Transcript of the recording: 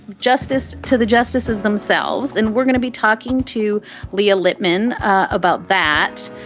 justice to the justices themselves. and we're going to be talking to leah lippman about that.